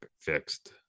Fixed